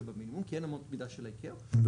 שבמינימום כי אלו אמות המידה של ה -ICAO.